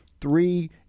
three